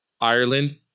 Ireland